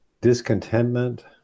Discontentment